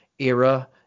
era